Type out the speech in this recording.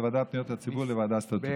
הוועדה לפניות הציבור,